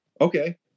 Okay